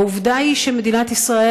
העובדה היא שמדינת ישראל,